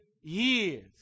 years